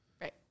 Right